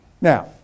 Now